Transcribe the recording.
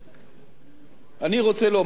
אני רוצה לומר, אדוני היושב-ראש,